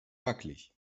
wackelig